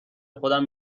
خودم